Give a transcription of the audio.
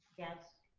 yes.